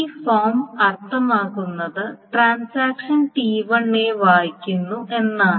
ഈ ഫോം അർത്ഥമാക്കുന്നത് transaction T1 A വായിക്കുന്നു എന്നാണ്